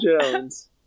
Jones